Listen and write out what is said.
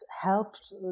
helped